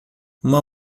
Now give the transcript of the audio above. uma